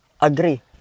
Agree